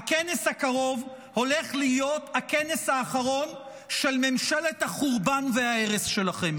הכנס הקרוב הולך להיות הכנס האחרון של ממשלת החורבן וההרס שלכם.